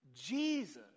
Jesus